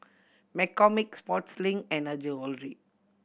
McCormick Sportslink and Her Jewellery